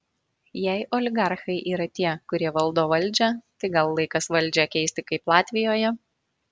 jei oligarchai yra tie kurie valdo valdžią tai gal laikas valdžią keisti kaip latvijoje